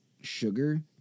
sugar